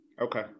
Okay